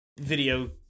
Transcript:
video